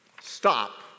Stop